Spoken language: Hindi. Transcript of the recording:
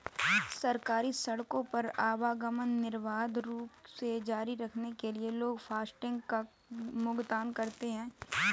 सरकारी सड़कों पर आवागमन निर्बाध रूप से जारी रखने के लिए लोग फास्टैग कर का भुगतान करते हैं